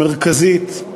מרכזית,